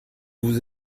vous